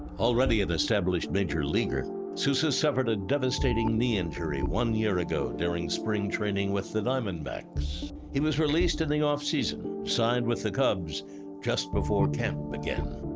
already an established major leaguer. souza suffered a devastating knee injury one year ago during spring training with the diamondbacks. he was released in the off-season, signed with the cubs just before camp began.